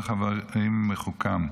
חוֹבֵר חֲבָרִים מְחֻכָּם.